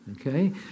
okay